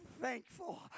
thankful